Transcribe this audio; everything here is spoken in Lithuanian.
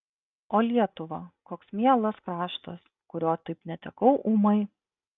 o lietuva koks mielas kraštas kurio taip netekau ūmai